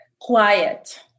Quiet